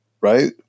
right